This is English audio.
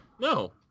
No